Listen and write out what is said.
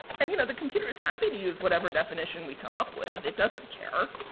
and, you know, the computer is happy to use whatever definition we come up with. it doesn't care.